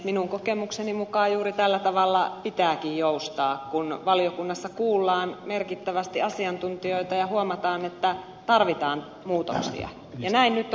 minun kokemukseni mukaan juuri tällä tavalla pitääkin joustaa kun valiokunnassa kuullaan merkittävästi asiantuntijoita ja huomataan että tarvitaan muutoksia ja näin nyt on toimittu